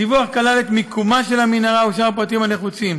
הדיווח כלל את מקום המנהרה ואת שאר הפרטים הנחוצים.